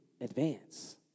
advance